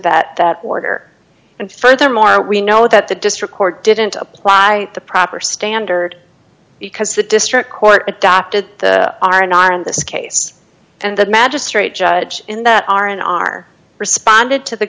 that that word or and furthermore we know that the district court didn't apply the proper standard because the district court adopted are not in this case and the magistrate judge in that are in our responded to the